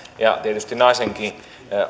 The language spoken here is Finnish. ja tietysti naisenkin